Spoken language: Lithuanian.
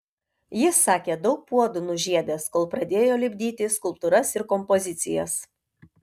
jis sakė daug puodų nužiedęs kol pradėjo lipdyti skulptūras ir kompozicijas